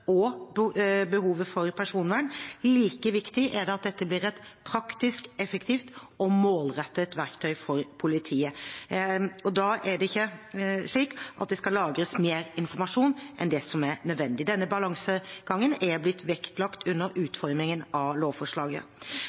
og behovet for personvern. Like viktig som at dette blir et praktisk, effektivt og målrettet verktøy for politiet, er det at det ikke lagres mer informasjon enn det som er nødvendig. Denne balansegangen er blitt vektlagt under utformingen av lovforslaget.